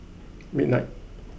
midnight